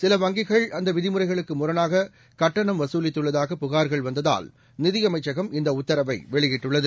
சிலவங்கிகள்அந்தவிதிமுறைகளுக்குமுரணாககட்டணம் வசூலித்துள்ளதாகபுகார்கள்வந்ததால் நிதியமைச்சகம்இந்தஉத்தரவைவெளியிட்டுள்ளது